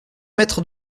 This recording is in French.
mètres